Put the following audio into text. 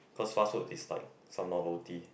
cause fast food is like some bubble tea